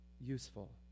useful